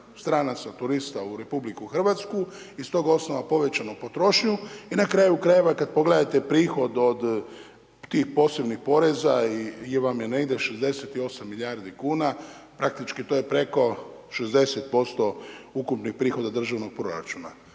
stranaca turista u Republiku Hrvatsku i s tog osnova povećanu potrošnju, i na kraju krajeva kad pogledate prihod od tih posebnih poreza .../Govornik se ne razumije./... vam je negdje 68 milijardi kuna, praktički to je preko 60% ukupnih prihoda državnog proračuna.